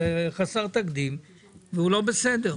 זה חסר תקדים והוא לא בסדר.